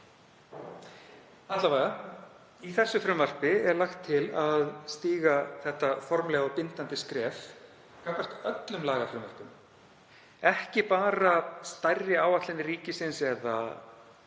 Alla vega er í frumvarpinu lagt til að stíga þetta formlega og bindandi skref gagnvart öllum lagafrumvörpum, ekki bara stærri áætlunum ríkisins, eða